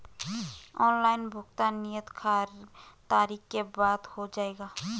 Online भुगतान नियत तारीख के बाद हो जाएगा?